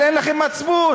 אבל אין לכם מצפון.